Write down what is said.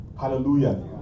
Hallelujah